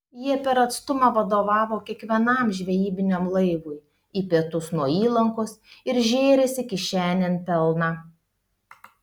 jie per atstumą vadovavo kiekvienam žvejybiniam laivui į pietus nuo įlankos ir žėrėsi kišenėn pelną